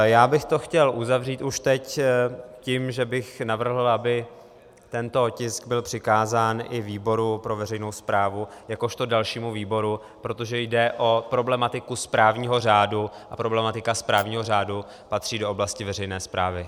Já bych to chtěl uzavřít už teď tím, že bych navrhl, aby tento tisk byl přikázán i výboru pro veřejnou správu jakožto dalšímu výboru, protože jde o problematiku správního řádu a problematika správního řádu patří do oblasti veřejné správy.